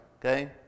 okay